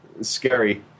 scary